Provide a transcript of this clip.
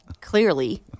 clearly